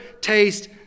taste